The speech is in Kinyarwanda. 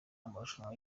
amarushanwa